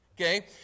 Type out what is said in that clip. okay